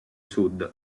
sud